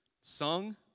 sung